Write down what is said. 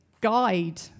guide